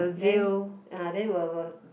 then ah then will will